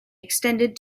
extended